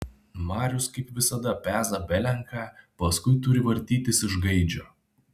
marius kaip visada peza belen ką paskui turi vartytis iš gaidžio